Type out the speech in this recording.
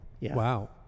Wow